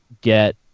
get